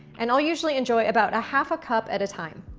and i'll usually enjoy about a half a cup at a time.